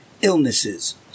illnesses